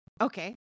Okay